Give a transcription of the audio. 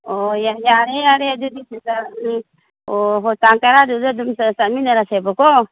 ꯑꯣ ꯌꯥꯅꯤ ꯌꯥꯅꯤ ꯑꯗꯨꯗꯤ ꯁꯤꯗ ꯑꯣ ꯍꯣꯏ ꯇꯥꯡ ꯇꯔꯗꯨꯗ ꯑꯗꯨꯝ ꯆꯠꯃꯤꯟꯅꯔꯁꯦꯕ ꯀꯣ